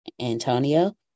Antonio